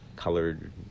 colored